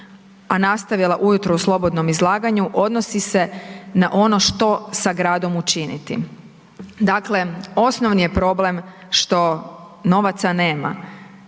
a nastavila ujutro u slobodnom izlaganju odnosi se na ono što sa gradom učiniti. Dakle, osnovni je problem što novaca nema.